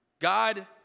God